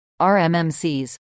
RMMCs